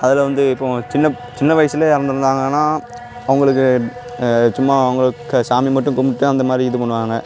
அதில் வந்து இப்போ சின்னப் சின்ன வயசுல இறந்துருந்தாங்கன்னா அவங்களுக்கு சும்மா அவங்களுக்கு சாமி மட்டும் கும்பிட்டு அந்தமாதிரி இது பண்ணுவாங்க